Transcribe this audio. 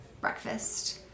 breakfast